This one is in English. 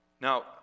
Now